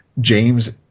James